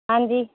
ਹਾਂਜੀ